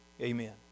amen